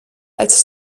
als